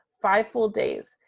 five full days.